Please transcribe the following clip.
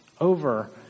over